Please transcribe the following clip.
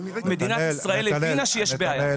מדינת ישראל הבינה שיש בעיה.